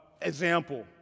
example